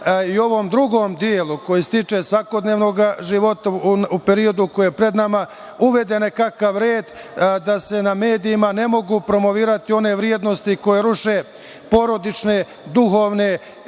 u ovom drugom delu koji se tiče svakodnevnog života, u periodu koji je pred nama, uvede nekakav red, da se na medijima ne mogu promovisati one vrednosti koje ruše porodične, duhovne,